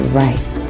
right